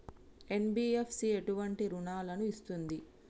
NBFC ఎటువంటి రుణాలను ఇస్తుంది?